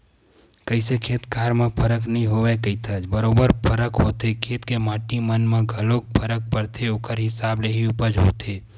कइसे खेत खार म फरक नइ होवय कहिथस बरोबर फरक होथे खेत के माटी मन म घलोक फरक परथे ओखर हिसाब ले ही उपज होथे